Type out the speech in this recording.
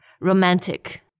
Romantic